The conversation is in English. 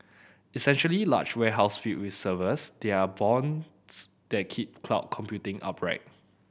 essentially large warehouses filled with servers they are bones that keep cloud computing upright